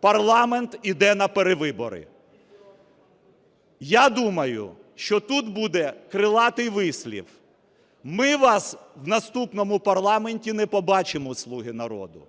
парламент іде на перевибори. Я думаю, що тут буде крилатий вислів: "Ми вас в наступному парламенті не побачимо, "слуги народу".